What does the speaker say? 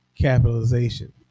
capitalization